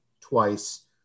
twice